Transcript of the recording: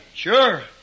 Sure